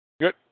Good